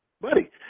buddy